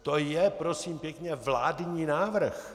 To je, prosím pěkně, vládní návrh.